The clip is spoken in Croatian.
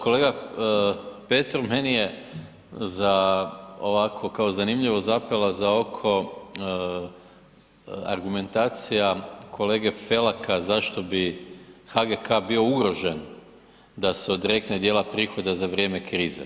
Kolega Petrov, meni je za ovako, kao zanimljivo zapela za oko argumentacija kolege Felaka zašto bi HGK bio ugrožen da se odrekne dijela prihoda za vrijeme krize.